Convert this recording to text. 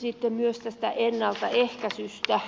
sitten myös tästä ennaltaehkäisystä